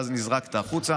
ואז נזרקת החוצה.